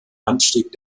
anstieg